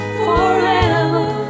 forever